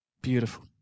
Beautiful